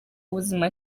ubuzima